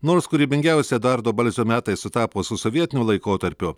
nors kūrybingiausi eduardo balsio metai sutapo su sovietiniu laikotarpiu